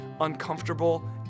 uncomfortable